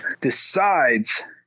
decides